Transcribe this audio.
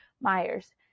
Myers